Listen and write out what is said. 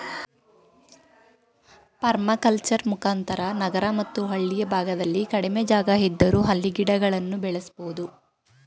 permaculture ಮುಖಾಂತರ ನಗರ ಮತ್ತು ಹಳ್ಳಿಯ ಭಾಗದಲ್ಲಿ ಕಡಿಮೆ ಜಾಗ ಇದ್ದರೂ ಅಲ್ಲಿ ಗಿಡಗಳನ್ನು ಬೆಳೆಸಬೋದು